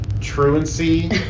truancy